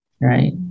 right